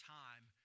time